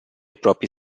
proprie